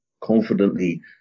confidently